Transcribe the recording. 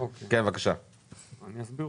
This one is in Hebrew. אני רוצה לומר